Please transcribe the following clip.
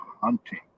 Hunting